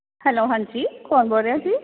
hello ਹਾਂਜੀ ਕੌਣ ਬੋਲ ਰਿਹਾ ਜੀ